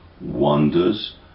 wonders